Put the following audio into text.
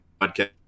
podcast